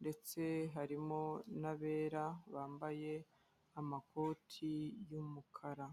ndetse harimo n'abera bambaye amakoti y'umukara.